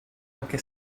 anche